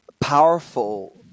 powerful